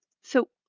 so